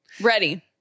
Ready